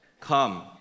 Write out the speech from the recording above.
Come